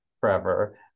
forever